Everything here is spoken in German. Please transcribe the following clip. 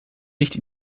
nicht